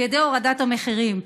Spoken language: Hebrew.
על ידי הורדת המחירים.